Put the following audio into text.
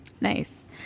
Nice